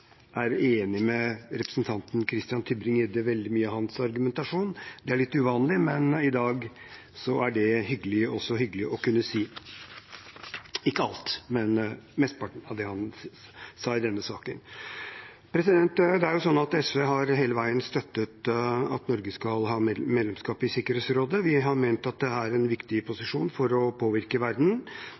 er enig med representanten Christian Tybring-Gjedde i veldig mye av hans argumentasjon. Det er litt uvanlig, men i dag er det også hyggelig å kunne si – ikke alt, men mesteparten av det han sa i denne saken. SV har hele veien har støttet at Norge skal ha medlemskap i Sikkerhetsrådet. Vi har ment at det er en viktig posisjon for å påvirke verden. Det er en viktig posisjon for å påvirke vesentlige verdier, altså betydningen av en FN-styrt verden